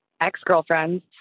ex-girlfriend's